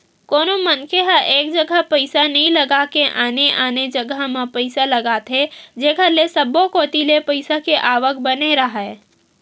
कोनो मनखे ह एक जघा पइसा नइ लगा के आने आने जघा म पइसा लगाथे जेखर ले सब्बो कोती ले पइसा के आवक बने राहय